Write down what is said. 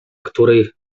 której